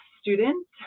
students